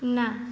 ନା